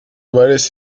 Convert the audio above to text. varias